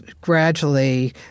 gradually